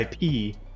IP